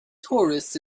tourists